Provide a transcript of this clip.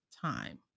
time